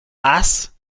ass